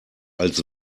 als